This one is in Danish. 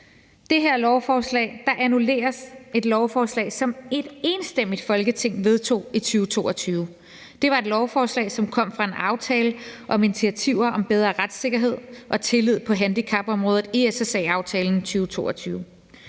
det her lovforslag annulleres et lovforslag, som et enstemmigt Folketing vedtog i 2022. Det var et lovforslag, som kom fra en aftale om initiativer om bedre retssikkerhed og tillid på handicapområdet i SSA-aftalen for 2022.